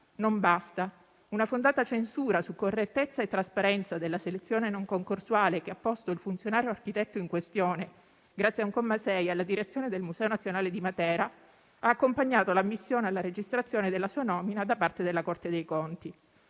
Non basta. Una fondata censura su correttezza e trasparenza della selezione non concorsuale che ha posto il funzionario architetto in questione, grazie a un comma 6, alla direzione del Museo nazionale di Matera, ha accompagnato l'ammissione alla registrazione della sua nomina da parte della Corte dei conti.